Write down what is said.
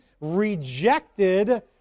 rejected